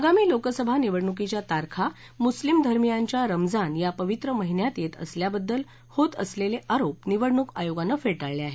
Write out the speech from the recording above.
आगामी लोकसभा निवडणुकीच्या तारखा मुस्लिम धर्मियांच्या रमजान या पवित्र महिन्यात येत असल्याबद्दल होत असलेले आरोप निवडणुक आयोगानं फेटाळले आहेत